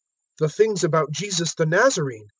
the things about jesus the nazarene,